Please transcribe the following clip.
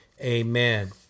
amen